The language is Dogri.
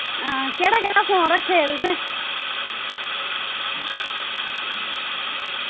आं केह्ड़े केह्ड़े फोन रक्खे दे तुसें